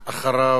אחריו,